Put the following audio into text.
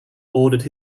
ordered